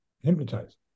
hypnotized